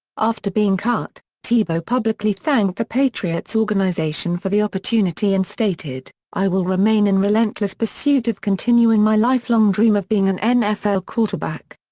after being cut, tebow publicly thanked the patriots organization for the opportunity and stated i will remain in relentless pursuit of continuing my lifelong dream of being an nfl quarterback.